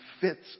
fits